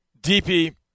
DP